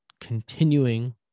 continuing